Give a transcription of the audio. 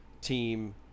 team